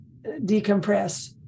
decompress